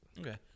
Okay